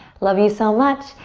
love you so much.